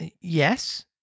Yes